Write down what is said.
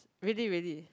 really really